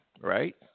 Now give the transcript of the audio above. right